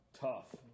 tough